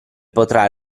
potrà